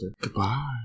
Goodbye